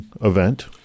event